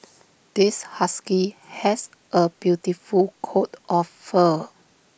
this husky has A beautiful coat of fur